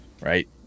Right